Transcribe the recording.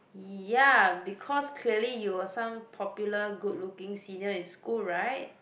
ya because clearly you were some popular good looking senior in school right